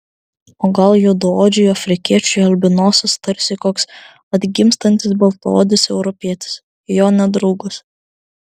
o gal juodaodžiui afrikiečiui albinosas tarsi koks atgimstantis baltaodis europietis jo nedraugas